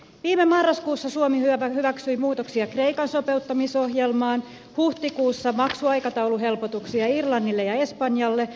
viime marraskuussa suomi hyväksyi muutoksia kreikan sopeuttamisohjelmaan huhtikuussa maksuaikatauluhelpotuksia irlannille ja espanjalle